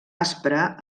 aspra